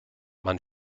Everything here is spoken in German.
man